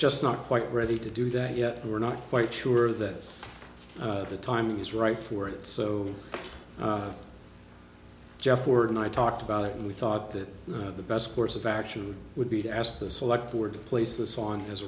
just not quite ready to do that yet we're not quite sure that the time is right for it so jeff gordon i talked about it and we thought that you know the best course of action would be to ask the select forward to place this on his